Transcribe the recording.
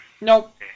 Nope